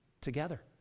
together